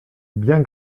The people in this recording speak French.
bien